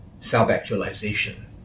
self-actualization